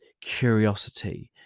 curiosity